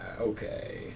Okay